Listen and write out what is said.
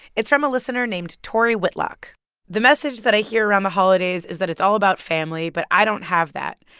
it's from a listener named tori whitlock the message that i hear around the holidays is that it's all about family, but i don't have that.